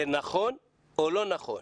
זה נכון או לא נכון?